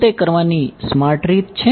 શું તે કરવાની સ્માર્ટ રીત છે